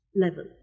level